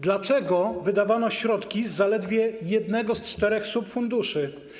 Dlaczego wydawano środki z zaledwie jednego z czterech subfunduszy?